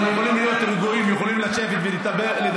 אנחנו יכולים להיות רגועים, יכולים לשבת ולדבר.